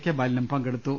K ബാലനും പങ്കെടു ത്തു